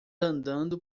andando